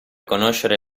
conoscere